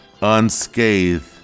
unscathed